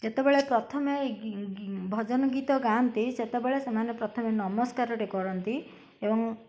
ଯେତେବେଳେ ପ୍ରଥମେ ଭଜନ ଗୀତ ଗାଆନ୍ତି ସେତେବେଳେ ସେମାନେ ପ୍ରଥମେ ନମସ୍କାରଟେ କରନ୍ତି ଏବଂ